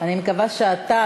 אני מקווה שאתה,